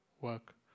work